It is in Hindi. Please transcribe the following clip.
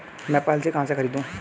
मैं पॉलिसी कहाँ से खरीदूं?